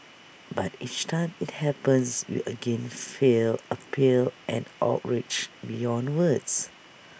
but each time IT happens we again feel appal and outrage beyond words